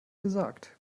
gesagt